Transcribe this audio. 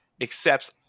accepts